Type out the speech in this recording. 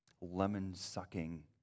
lemon-sucking